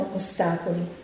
ostacoli